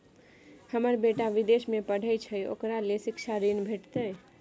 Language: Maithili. हमर बेटा विदेश में पढै छै ओकरा ले शिक्षा ऋण भेटतै?